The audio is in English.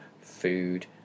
food